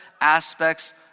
aspects